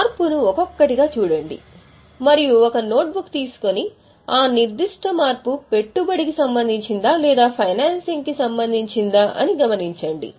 మార్పును ఒక్కొక్కటిగా చూడండి మరియు ఒక నోట్బుక్ తీసుకొని ఆ నిర్దిష్ట మార్పు పెట్టుబడి కి సంబంధించిందా లేదా ఫైనాన్సింగ్ కి సంబంధించిందా అని గమనించండి